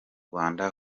rwanda